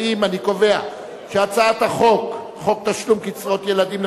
להעביר את הצעת חוק תשלום קצבאות